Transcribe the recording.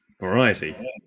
variety